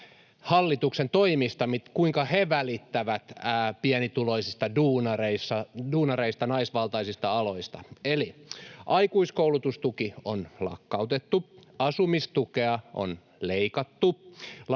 hallituksen toimista, kuinka he välittävät pienituloisista duunareista ja naisvaltaisista aloista: Aikuiskoulutustuki on lakkautettu. Asumistukea on leikattu.